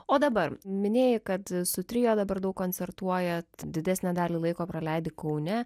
o dabar minėjai kad su trio dabar daug koncertuojat didesnę dalį laiko praleidi kaune